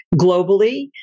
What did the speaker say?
globally